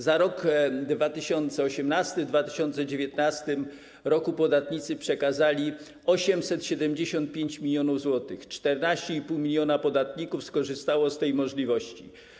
Za rok 2018 w 2019 r. podatnicy przekazali 875 mln zł, 14,5 mln podatników skorzystało z tej możliwości.